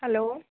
hello